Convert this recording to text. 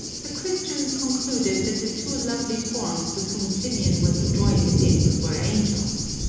the christians concluded that the two lovely forms with whom symeon was enjoying a dip were angels.